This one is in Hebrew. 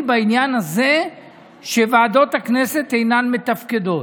בעניין הזה שוועדות הכנסת אינן מתפקדות.